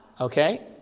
Okay